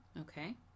okay